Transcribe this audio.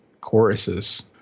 choruses